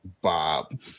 Bob